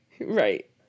Right